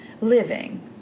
living